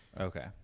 okay